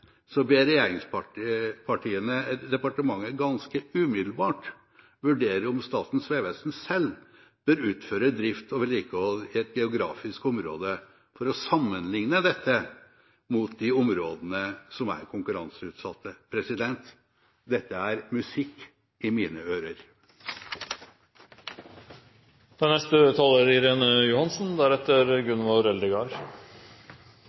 ber regjeringspartiene departementet ganske umiddelbart vurdere om Statens vegvesen selv bør utføre drift og vedlikehold i et geografisk område for å sammenlikne dette med de områdene som er konkurranseutsatte. Dette er musikk i mine ører. Det er